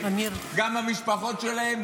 גם המשפחות שלהם,